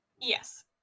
Yes